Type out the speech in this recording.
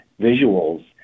visuals